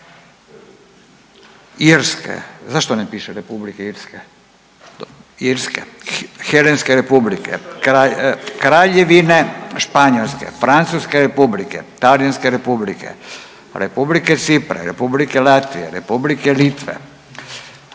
Zašto ne piše Republike Irske?/… Helenske Republike, Kraljevine Španjolske, Francuske Republike, Talijanske Republike, Republike Cipra, Republike Latvije, Republike Litve,